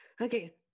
Okay